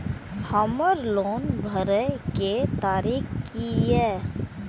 हमर लोन भरए के तारीख की ये?